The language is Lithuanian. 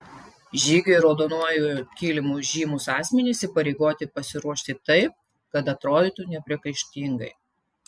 žygiui raudonuoju kilimu žymūs asmenys įpareigoti pasiruošti taip kad atrodytų nepriekaištingai